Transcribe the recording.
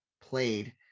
played